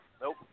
Nope